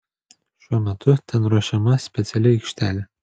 šiuo metu ten ruošiama speciali aikštelė